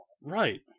Right